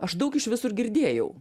aš daug iš visur girdėjau